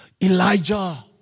Elijah